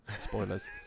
spoilers